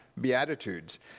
Beatitudes